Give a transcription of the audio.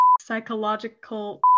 Psychological